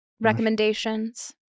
Recommendations